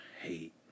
hate